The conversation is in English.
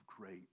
great